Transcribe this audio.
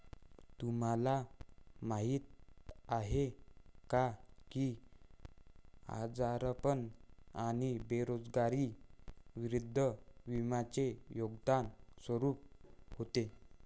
तुम्हाला माहीत आहे का की आजारपण आणि बेरोजगारी विरुद्ध विम्याचे योगदान स्वरूप होते?